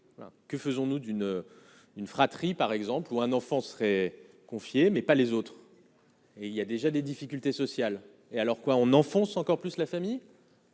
Que faisons-nous d'une d'une fratrie par exemple ou un enfant serait confiée, mais pas les autres et il y a déjà des difficultés sociales et alors quoi, on enfonce encore plus la famille.